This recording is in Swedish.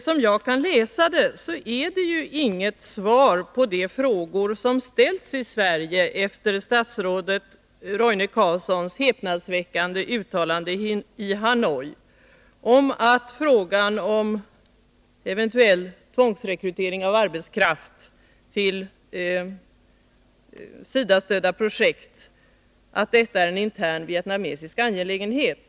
Som jag läser svaret är det inte något svar på de frågor som har ställts i Sverige efter statsrådet Carlssons häpnadsväckande uttalande i Hanoi om att en eventuell tvångsrekrytering av arbetskraft till SIDA-stödda projekt är en intern vietnamesisk angelägenhet.